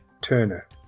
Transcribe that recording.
Turner